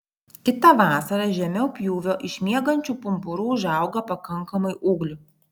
kitą vasarą žemiau pjūvio iš miegančių pumpurų užauga pakankamai ūglių